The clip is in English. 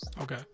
Okay